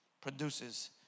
produces